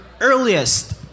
earliest